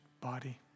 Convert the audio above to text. body